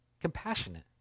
compassionate